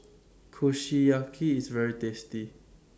Kushiyaki IS very tasty